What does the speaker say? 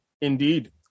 Indeed